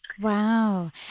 Wow